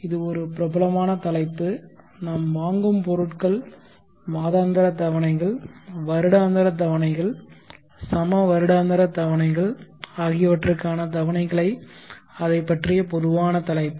இது ஒரு பிரபலமான தலைப்பு நாம் வாங்கும் பொருட்கள் மாதாந்திர தவணைகள் வருடாந்திர தவணைகள் சம வருடாந்திர தவணைகள் ஆகியவற்றிற்கான தவணைகளை அதைப்பற்றிய பொதுவான தலைப்பு